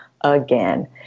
again